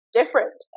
different